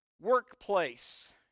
workplace